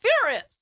furious